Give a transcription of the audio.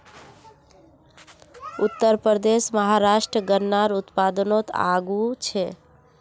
उत्तरप्रदेश, महाराष्ट्र गन्नार उत्पादनोत आगू छे